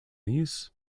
use